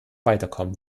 weiterkommen